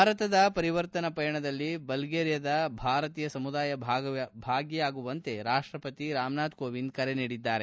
ಭಾರತದ ಪರಿವರ್ತನಾ ಪಯಣದಲ್ಲಿ ಬಲ್ಗೇರಿಯಾದಲ್ಲಿನ ಭಾರತೀಯ ಸಮುದಾಯ ಭಾಗಿಯಾಗುವಂತೆ ರಾಷ್ಲಪತಿ ರಾಮನಾಥ್ ಕೋವಿಂದ್ ಕರೆ ನೀಡಿದ್ದಾರೆ